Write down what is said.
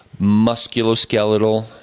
musculoskeletal